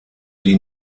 die